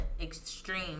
extreme